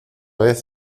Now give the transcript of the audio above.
vez